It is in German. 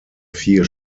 vier